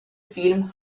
film